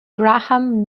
graham